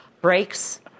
breaks